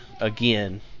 again